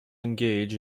engage